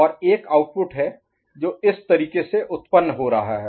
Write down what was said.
और एक आउटपुट है जो इस तरीके से उत्पन्न हो रहा है